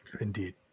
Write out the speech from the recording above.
Indeed